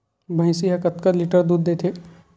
भंइसी हा कतका लीटर दूध देथे?